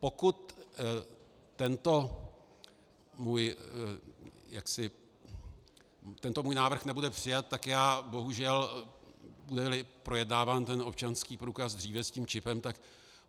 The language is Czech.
Pokud tento můj návrh nebude přijat, tak já bohužel, budeli projednáván ten občanský průkaz dříve s tím čipem, tak